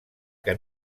que